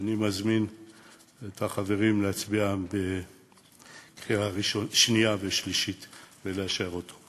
אני מזמין את החברים להצביע בקריאה שנייה ושלישית ולאשר אותו.